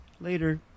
Later